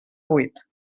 vuit